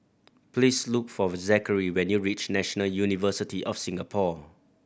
please look for Zakary when you reach National University of Singapore